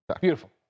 Beautiful